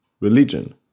religion